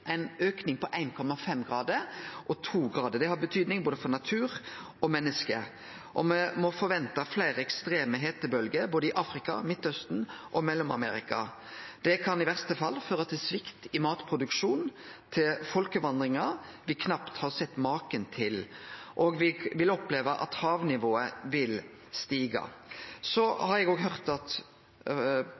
grader. Det har betydning for både natur og menneske, og me må forvente fleire ekstreme hetebølgjer i både Afrika, Midtausten og Mellom-Amerika. Det kan i verste fall føre til svikt i matproduksjonen, folkevandringar me knapt har sett maken til, og me vil oppleve at havnivået stiger. Eg har òg høyrt statsministeren seie at